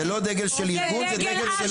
זה לא דגל של ארגון, זה דגל של עם.